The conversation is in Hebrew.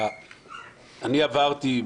אני עברתי,